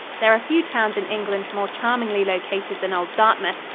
there are few towns in england more charmingly located than old dartmouth,